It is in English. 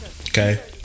Okay